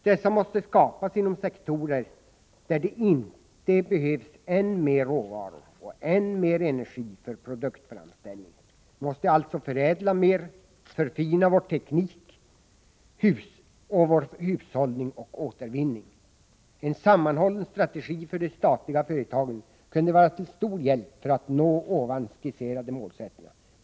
Dessa måste skapas inom sektorer där det inte behövs än mer råvaror och än mer energi för produktframställningen. Vi måste alltså förädla mer, förfina vår teknik och förbättra vår hushållning och återvinning. En sammanhållen strategi för de statliga företagen kunde vara till stor hjälp för att nå de målsättningar jag skisserat.